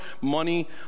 money